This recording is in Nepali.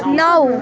नौ